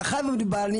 מאחר ומדובר,